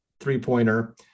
three-pointer